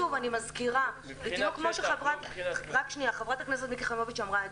אני מזכירה, כמו שאמרה גם חברת הכנסת חיימוביץ',